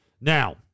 Now